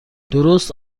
درست